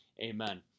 Amen